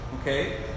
okay